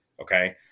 okay